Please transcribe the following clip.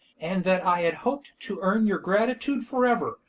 and that i hoped to earn your gratitude for ever,